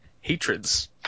hatreds